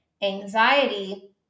anxiety